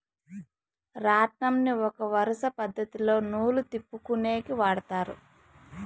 రాట్నంని ఒక వరుస పద్ధతిలో నూలు తిప్పుకొనేకి వాడతారు